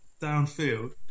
downfield